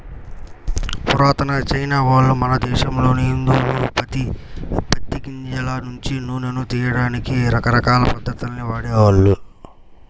పురాతన చైనావాళ్ళు, మన దేశంలోని హిందువులు పత్తి గింజల నుంచి నూనెను తియ్యడానికి రకరకాల పద్ధతుల్ని వాడేవాళ్ళు